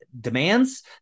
demands